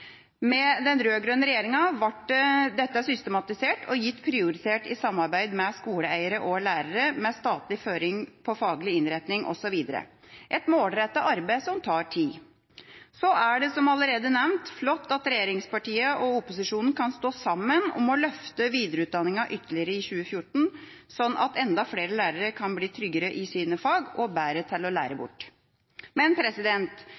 Med den rød-grønne regjeringa ble dette systematisert og gitt prioritet i samarbeid med skoleeiere og lærere, med statlig føring på faglig innretning osv. – et målrettet arbeid som tar tid. Så er det, som allerede nevnt, flott at regjeringspartiene og opposisjonen kan stå sammen om å løfte videreutdanningen ytterligere i 2014, sånn at enda flere lærere kan bli tryggere i sine fag og bedre til å lære bort. Men